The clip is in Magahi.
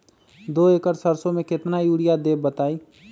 दो एकड़ सरसो म केतना यूरिया देब बताई?